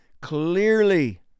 clearly